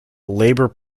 labour